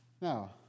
Now